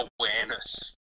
awareness